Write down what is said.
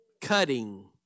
Cutting